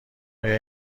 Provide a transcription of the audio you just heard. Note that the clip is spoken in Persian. آیا